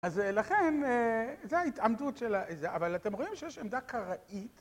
אז לכן, זו ההתעמתות של ה... אבל אתם רואים שיש עמדה קראית.